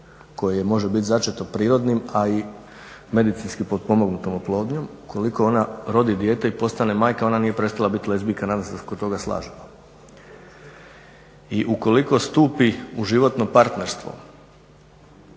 koje može biti začeto prirodnim, a i medicinski potpomognutom oplodnjom, ukoliko ona rodi dijete i postane majka, ona nije prestala biti lezbijka, nadam se da se oko toga slažemo. I ukoliko stupi u životno partnerstvo,